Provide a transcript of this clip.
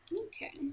Okay